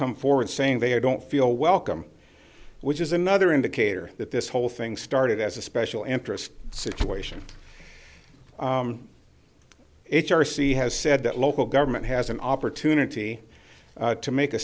come forward saying they don't feel welcome which is another indicator that this whole thing started as a special interest situation h r c has said that local government has an opportunity to make a